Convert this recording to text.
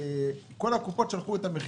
כל הקופות שלחו את המחיר.